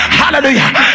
hallelujah